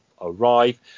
arrive